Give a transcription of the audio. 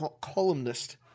columnist